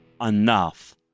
enough